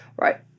right